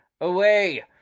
away